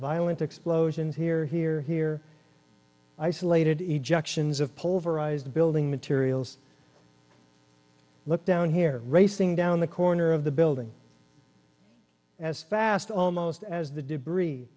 violent explosions here here here isolated a junction of pulverized the building materials look down here racing down the corner of the building as fast almost as the debris